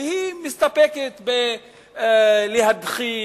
והיא מסתפקת בלהדחיק,